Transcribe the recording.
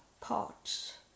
parts